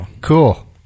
Cool